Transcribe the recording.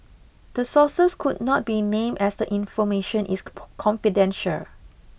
the sources could not be named as the information is confidential